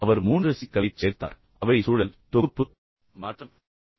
அவர் மூன்று சி களைச் சேர்த்தார் அவை சூழல் தொகுப்பு மற்றும் மாற்றம் ஆகும்